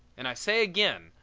and i say again,